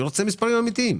אני רוצה מספרים אמיתיים,